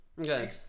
Okay